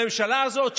הממשלה הזאת,